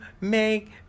Make